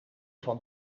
van